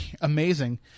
amazing